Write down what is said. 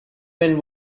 men